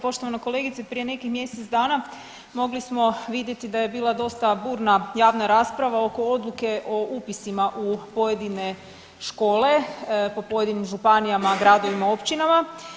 Poštovana kolegice prije nekih mjesec dana mogli smo vidjeti da je bila dosta burna javna rasprava oko odluke o upisima u pojedine škole, po pojedinim županijama, gradovima, općinama.